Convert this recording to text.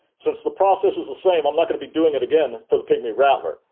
since the process is the same, i'm not going to be doing it again for the pygmy rattler.